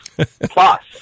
Plus